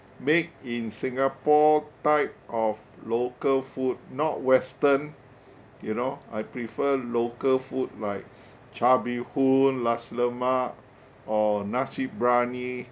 made in singapore type of local food not western you know I prefer local food like char bee hoon nasi lemak or nasi biryani